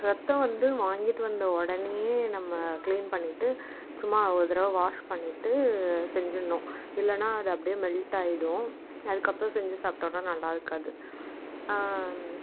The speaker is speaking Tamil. ரத்தம் வந்து வாங்கிட்டு வந்த உடனையே நம்ம க்ளீன் பண்ணிட்டு சும்மா ஒரு தடவை வாஷ் பண்ணிட்டு செஞ்சிடணும் இல்லைனா அது அப்படியே மெல்ட்டாயிடும் அதுக்கப்புறம் செஞ்சு சாப்பிடோம்னால் நல்லா இருக்காது